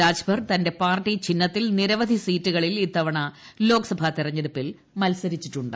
രാജ്ഭർ തന്റെ പാർട്ടി ചിഹ്നത്തിൽ നിരവധി സീറ്റുകളിൽ ഇത്തവണത്തെ ലോക്സഭ തെരഞ്ഞെടുപ്പിൽ മത്സരിച്ചിട്ടുണ്ട്